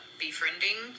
befriending